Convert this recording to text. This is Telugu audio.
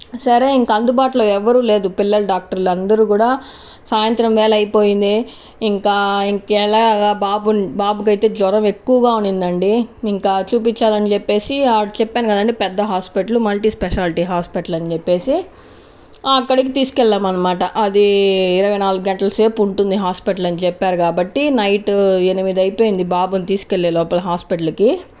సరే ఇంక అందుబాటులో ఎవరూ లేరు పిల్లలు డాక్టర్లు అందరూ కూడా సాయంత్రం వేళ అయిపోయింది ఇంకా ఇంకెలా బాబు బాబుకయితే జ్వరం ఎక్కువగా ఉనిందండి ఇంకా చూపించాలని చెప్పేసి ఆ చెప్పాను కదండీ పెద్ద హాస్పిటల్ మల్టీ స్పెషాలిటీ హాస్పిటల్ అని చెప్పేసి అక్కడికి తీసుకెళ్లాం అనమాట అది ఇరవై నాలుగు గంటలసేపు ఉంటుంది హాస్పిటల్ అని చెప్పారు కాబట్టి నైట్ ఎనిమిది అయిపోయింది బాబుని తీసుకెళ్లే లోపల హాస్పిటల్కి